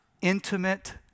intimate